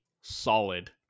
solid